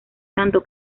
tanto